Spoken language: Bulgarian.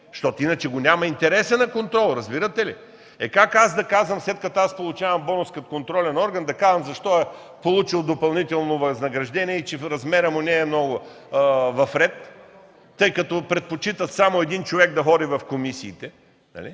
Защото иначе го няма го интересът на контрола. Разбирате ли? Как след като получавам бонус като контролен орган, да казвам защо е получил допълнително възнаграждение и че размерът му не е в ред, тъй като предпочитат само един човек да ходи в комисиите?! Ами